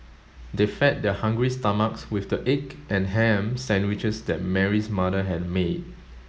they fed their hungry stomachs with the egg and ham sandwiches that Mary's mother had made